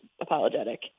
apologetic